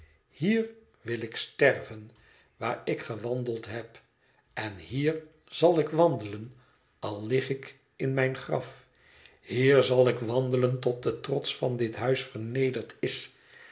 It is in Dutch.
hier wil ik sterven waar ik gewandeld heb en hier zal ik wandelen al lig ik in mijn graf hier zal ik wandelen tot de trots van dit huis vernederd is